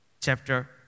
Chapter